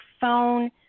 phone